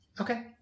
Okay